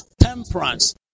temperance